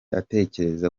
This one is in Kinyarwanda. atekereza